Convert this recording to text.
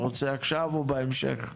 רוצה עכשיו או בהמשך?